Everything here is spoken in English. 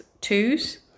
twos